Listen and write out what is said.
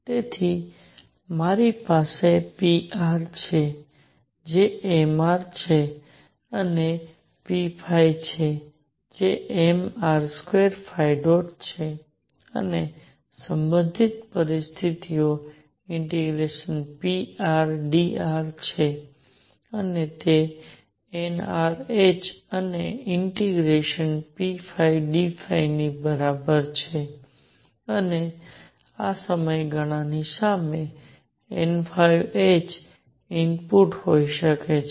તેથી મારી પાસે pr છે જે mr છે અને p છે જે mr2 છે અને સંબંધિત ક્વોન્ટમ પરિસ્થિતિઓ ∫prdr છે અને તે nr h અને ∫pdϕ ની બરાબર છે અને આ સમયગાળાની સામે nh ઇનપુટ હોઈ શકે છે